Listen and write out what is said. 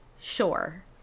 Sure